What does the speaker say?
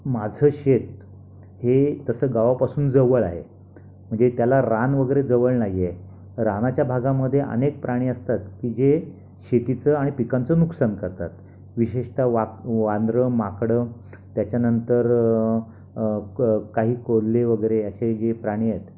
माझं शेत हे तसं गावापासून जवळ आहे जे त्याला रान वगैरे जवळ नाही आहे रानाच्या भागामध्ये अनेक प्राणी असतात की जे शेतीचं आणि पिकांचं नुकसान करतात विशेषत वाक वांदरं माकडं त्याच्यानंतर क काही कोल्हे वगैरे असे जे प्राणी आहेत